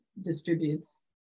distributes